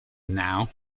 now